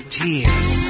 tears